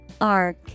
Arc